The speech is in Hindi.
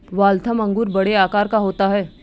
वाल्थम अंगूर बड़े आकार का होता है